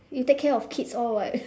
you take care of kids all [what]